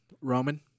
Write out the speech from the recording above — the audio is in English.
Roman